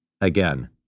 Again